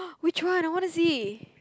which one I want to see